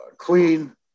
clean